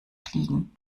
fliegen